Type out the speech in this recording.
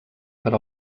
per